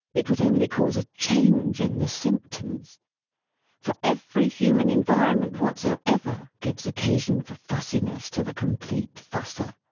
it would only cause a change in the symptoms for every human environment whatsoever gives occasion for fussi ness to the complete fusser.